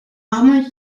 rarement